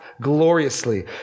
gloriously